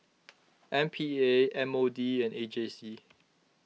M P A M O D and A J C